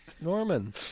Norman